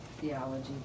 theology